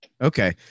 Okay